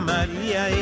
Maria